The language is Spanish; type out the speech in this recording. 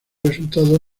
resultados